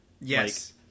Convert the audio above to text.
yes